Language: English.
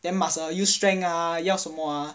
then must err use strength ah 要什么